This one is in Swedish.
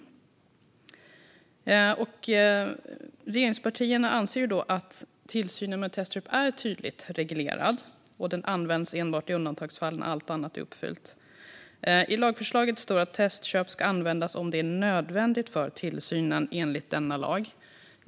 Regeringspartierna anser att tillsynen med testköp är tydligt reglerad och att den bara används i undantagsfall när allt annat är uppfyllt. I lagförslaget står att testköp ska användas om det är nödvändigt för tillsynen enligt denna lag.